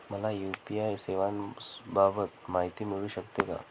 मला यू.पी.आय सेवांबाबत माहिती मिळू शकते का?